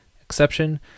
exception